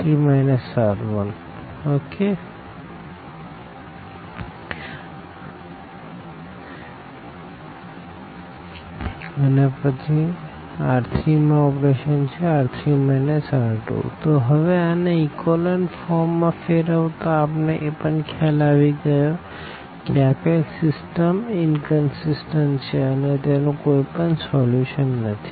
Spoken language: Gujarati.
4 1 5 R3R3 R2 4 1 6 તો હવે આને ઇકોલન ફોર્મ માં ફેરવતા આપણે એ પણ ખ્યાલ આવી ગયો કે આપેલ સીસ્ટમ ઇનકનસીસટન્ટ છે એટલે તેનું કોઈ પણ સોલ્યુશન નથી